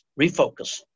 refocus